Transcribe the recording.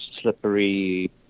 slippery